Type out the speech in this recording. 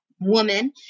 woman